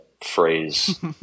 phrase